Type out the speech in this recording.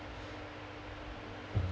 mmhmm